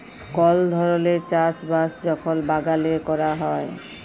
call ধরলের চাষ বাস যখল বাগালে ক্যরা হ্যয়